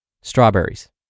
Strawberries